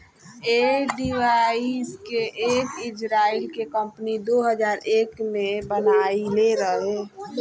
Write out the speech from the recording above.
ऐ डिवाइस के एक इजराइल के कम्पनी दो हजार एक में बनाइले रहे